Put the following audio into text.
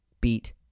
beat